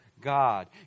God